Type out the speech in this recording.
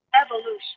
evolution